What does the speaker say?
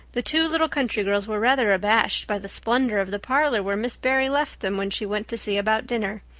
the two little country girls were rather abashed by the splendor of the parlor where miss barry left them when she went to see about dinner.